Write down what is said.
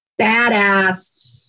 badass